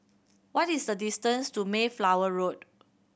what is the distance to Mayflower Road